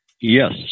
Yes